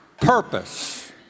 purpose